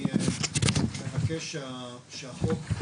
אני מבקש שהחוק,